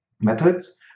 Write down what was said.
methods